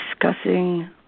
discussing